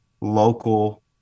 local